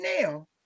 now